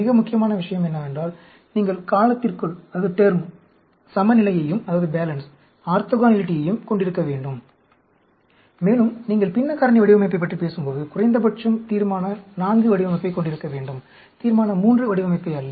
மிக முக்கியமான விஷயம் என்னவென்றால் நீங்கள் காலத்திற்குள் சமநிலையையும் ஆர்த்தோகனலிட்டியையும் கொண்டிருக்க வேண்டும் மேலும் நீங்கள் பின்ன காரணி வடிவமைப்பைப் பற்றி பேசும்போது குறைந்தபட்சம் தீர்மான IV வடிவமைப்பைக் கொண்டிருக்க வேண்டும் தீர்மான III வடிவமைப்பை அல்ல